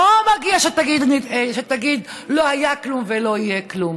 פה מגיע שתגיד: לא היה כלום ולא יהיה כלום,